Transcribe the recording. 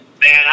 man